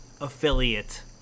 affiliate